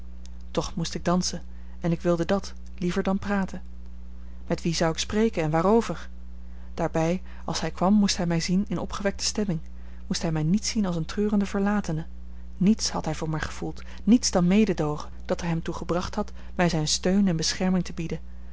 toch moest ik dansen en ik wilde dat liever dan praten met wie zou ik spreken en waarover daarbij als hij kwam moest hij mij zien in opgewekte stemming moest hij mij niet zien als eene treurende verlatene niets had hij voor mij gevoeld niets dan mededoogen dat er hem toe gebracht had mij zijn steun en bescherming te bieden